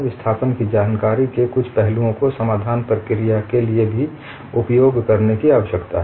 विस्थापन की जानकारी के कुछ पहलुओं को समाधान प्रक्रिया के लिए भी उपयोग करने की आवश्यकता है